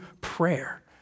prayer